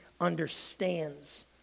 understands